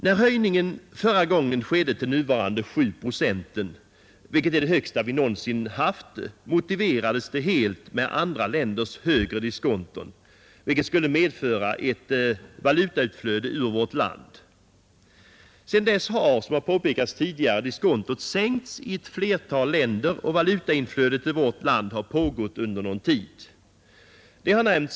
När höjningen förra gången skedde till de nuvarande 7 procenten, som är det högsta ränteläge vi någonsin haft, motiverades höjningen helt med andra länders högre diskonton, vilka skulle medföra ett valutautflöde ur vårt land. Sedan dess har, såsom påpekats tidigare, diskontot sänkts i ett flertal länder, och valutainflödet till vårt land har pågått under någon tid.